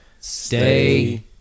Stay